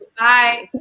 bye